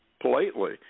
politely